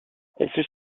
elle